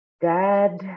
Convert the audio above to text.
Dad